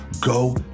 go